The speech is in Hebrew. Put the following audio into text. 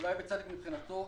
אולי בצדק מבחינתו,